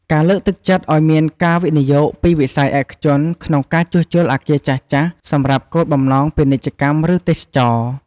ការលើកទឹកចិត្តឱ្យមានការវិនិយោគពីវិស័យឯកជន ក្នុងការជួសជុលអគារចាស់ៗសម្រាប់គោលបំណងពាណិជ្ជកម្ម ឬទេសចរណ៍។